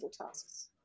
tasks